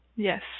Yes